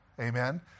Amen